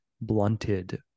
blunted